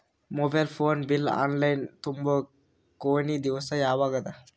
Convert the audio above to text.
Mobile phone bill online ತುಂಬೊ ಕೊನಿ ದಿವಸ ಯಾವಗದ?